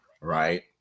Right